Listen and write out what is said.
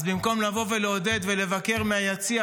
אז במקום לבוא ולעודד ולבקר מהיציע,